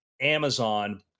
Amazon